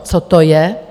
Co to je?